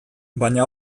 baina